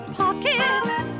pockets